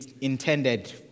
intended